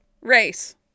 race